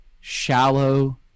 shallow